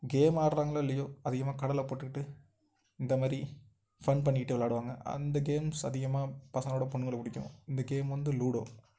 game ஆடுறாங்களோ இல்லையோ அதிகமாக கடலை போட்டுக்கிட்டு இந்த மாதிரி ஃபன் பண்ணிக்கிட்டு விளாடுவாங்க அந்த கேம்ஸ் அதிகமாக பசங்களை விட பொண்ணுங்களுக்கு பிடிக்கும் இந்த கேம் வந்து லூடோ